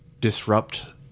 disrupt